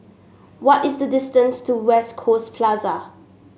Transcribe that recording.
what is the distance to West Coast Plaza